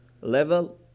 level